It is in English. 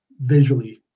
visually